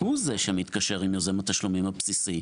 הוא זה שמתקשר עם יוזם התשלומים הבסיסי.